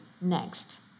next